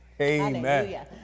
Amen